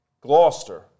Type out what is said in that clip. Gloucester